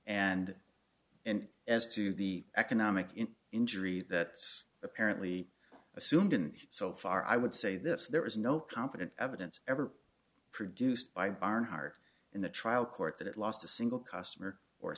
and and as to the economic injury that is apparently assumed in so far i would say this there is no competent evidence ever produced by barnhart in the trial court that it lost a single customer or